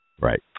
right